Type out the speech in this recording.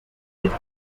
width